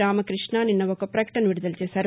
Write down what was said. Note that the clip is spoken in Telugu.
రామకృష్ణ నిన్న ఒక ప్రకటన విడుదల చేశారు